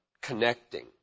connecting